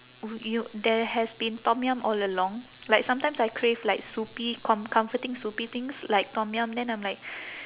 y~ y~ there has been tom yum all along like sometimes I crave like soupy com~ comforting soupy things like tom yum then I'm like